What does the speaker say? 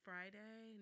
Friday